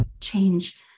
change